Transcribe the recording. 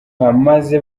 maze